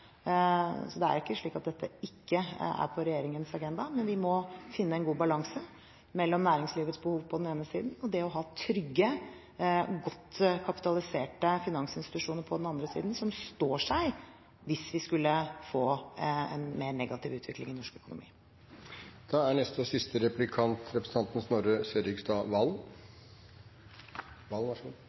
Så det er ikke slik at dette ikke er på regjeringens agenda, men vi må finne en god balanse mellom på den ene siden næringslivets behov og på den andre siden å ha trygge, godt kapitaliserte finansinstitusjoner som står seg hvis vi skulle få en mer negativ utvikling i norsk økonomi.